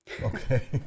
Okay